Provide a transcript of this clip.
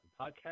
podcast